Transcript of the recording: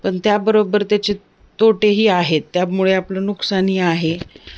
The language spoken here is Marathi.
पण त्याबरोबर त्याचे तोटेही आहेत त्यामुळे आपलं नुकसानही आहे